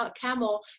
camel